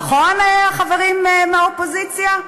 נכון, החברים מהאופוזיציה?